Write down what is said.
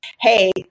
hey